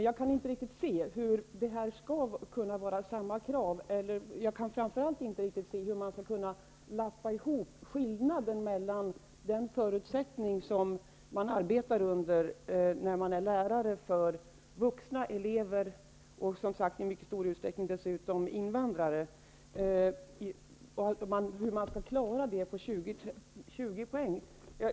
Jag kan inte förstå hur man skall kunna ställa samma krav på dessa lärare, och jag kan framför allt inte riktigt se hur man skall kunna lappa ihop skillnader i fråga om förutsättningar när man är lärare för vuxna elever, och dessutom i mycket stor utsträckning arbetar med invandrare, och hur man skall klara detta genom att läsa 20 poäng.